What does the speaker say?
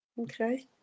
okay